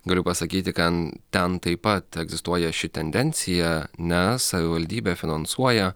galiu pasakyti kan ten taip pat egzistuoja ši tendencija nes savivaldybė finansuoja